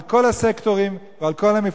על כל הסקטורים ועל כל המפלגות.